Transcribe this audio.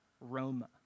Roma